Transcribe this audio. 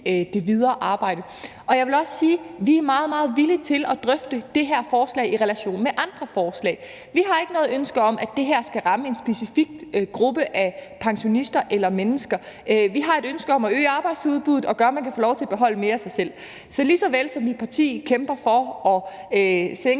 det videre arbejde. Jeg vil også sige, at vi er meget, meget villige til at drøfte det her forslag sammen med andre forslag. Vi har ikke noget ønske om, at det her skal ramme en specifik gruppe af pensionister eller andre mennesker, vi har et ønske om at øge arbejdsudbuddet, og at man kan beholde mere til sig selv. Men lige så vel som at mit parti kæmper for at hæve